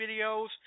videos